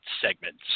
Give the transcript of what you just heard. segments